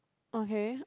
okay